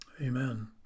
Amen